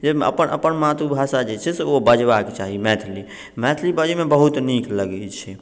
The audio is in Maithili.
जाहिमे अपन मातृभाषा जे छै से ओ बजबाके चाही मैथिली मैथिली बाजैमे बहुत नीक लगै छै